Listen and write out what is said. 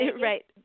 Right